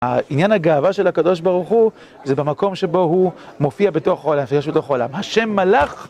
העניין הגאווה של הקדוש ברוך הוא, זה במקום שבו הוא מופיע בתוך העולם, שיש לו תוך העולם. השם מלאך!